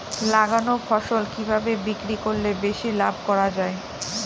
লাগানো ফসল কিভাবে বিক্রি করলে বেশি লাভ করা যায়?